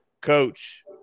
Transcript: Coach